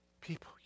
People